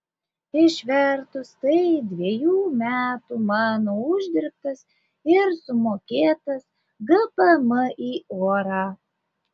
išvertus tai dviejų metų mano uždirbtas ir sumokėtas gpm į orą